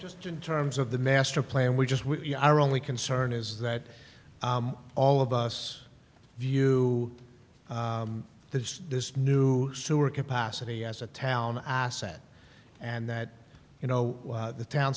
just in terms of the master plan we just we are only concern is that all of us view that this new sewer capacity as a town asset and that you know the town